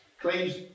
claims